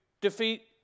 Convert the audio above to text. defeat